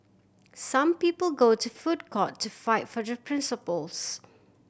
some people go to foot court to fight for their principles